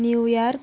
New York